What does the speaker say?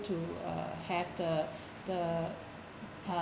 to uh have the the